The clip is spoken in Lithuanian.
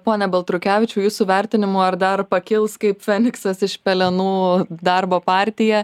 pone baltrukevičiau jūsų vertinimu ar dar pakils kaip feniksas iš pelenų darbo partija